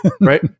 right